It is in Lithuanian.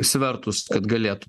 svertus kad galėtų